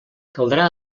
caldrà